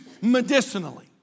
medicinally